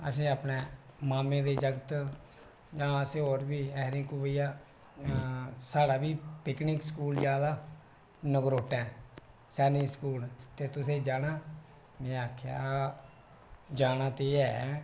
असें अपने मामे दे जगत जां असें होर बी ऐहे भैया साढ़ा बी पिकनिक स्कूल जादा नगरोटे सैनिक स्कूल ते तुसें जाना में आखेआ जाना ते ऐ